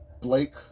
Blake